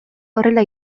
horrela